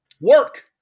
work